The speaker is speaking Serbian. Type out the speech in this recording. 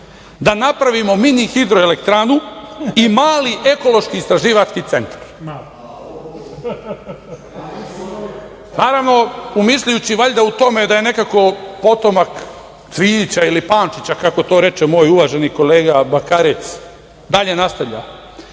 da napravimo mini hidroelektranu i mali ekološki istraživački centar. Naravno, umišljajući valjda o tome da je nekako potomak Cvijića ili Pančića, kako to reče moj uvaženi kolega Bakarec, dalje nastavlja